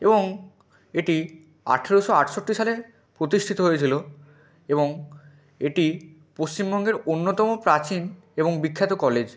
এবং এটি আঠেরোশো আটষট্টি সালে প্রতিষ্ঠিত হয়েছিল এবং এটি পশ্চিমবঙ্গের অন্যতম প্রাচীন এবং বিখ্যাত কলেজ